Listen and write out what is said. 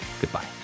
Goodbye